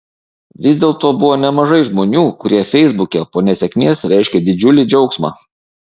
vis dėlto buvo nemažai žmonių kurie feisbuke po nesėkmės reiškė didžiulį džiaugsmą